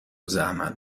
زحمت